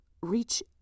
reach